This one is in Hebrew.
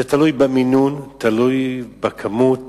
זה תלוי במינון, תלוי בכמות